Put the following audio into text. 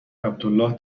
عبدالله